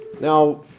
Now